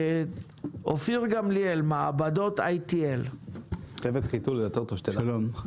אופיר גמליאל, מעבדות ITL. שלום.